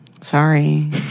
Sorry